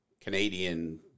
Canadian